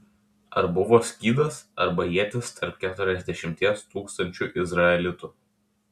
ar buvo skydas arba ietis tarp keturiasdešimties tūkstančių izraelitų